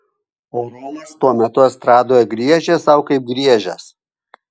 o romas tuo metu estradoje griežė sau kaip griežęs